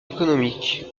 économique